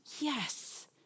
Yes